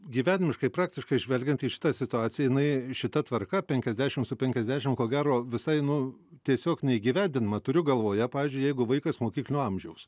gyvenimiškai praktiškai žvelgiant į šitą situaciją jinai šita tvarka penkiasdešim su penkiasdešim ko gero visai nu tiesiog neįgyvendinama turiu galvoje pavyzdžiui jeigu vaikas mokyklinio amžiaus